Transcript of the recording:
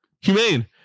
humane